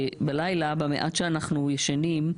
שבלילה, במעט שאנחנו ישנים,